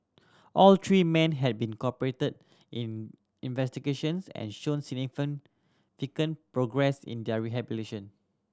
all three men had been cooperated in investigations and shown progress in their